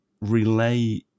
relay